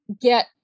get